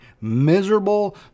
miserable